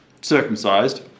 circumcised